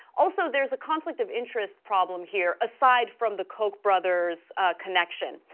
also there is a conflict of interest problem here aside from the koch brothers connection.